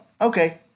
Okay